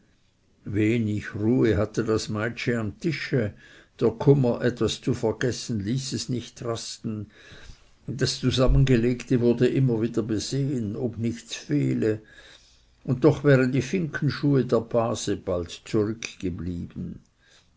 wenig ruhe hatte das meitschi am tische der kummer etwas zu vergessen ließ es nicht rasten das zusammengelegte wurde immer wieder besehen ob nichts fehle und doch wären die finkenschuhe der base bald zurückgeblieben